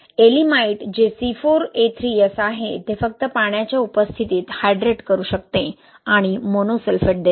ye'elimite जे C4A3S आहे ते फक्त पाण्याच्या उपस्थितीत हायड्रेट करू शकते आणि मोनोसल्फेट देते